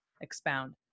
expound